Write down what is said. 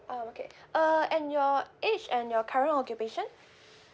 um okay uh and your age and your current occupation